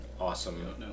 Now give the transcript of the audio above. awesome